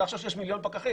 אפשר לחשוב שיש מיליון פקחים.